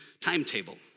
timetable